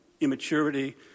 immaturity